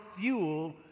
fuel